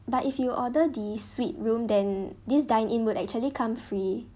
but if you order the suite room then this dine in would actually come free